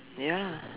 ya